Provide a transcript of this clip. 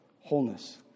wholeness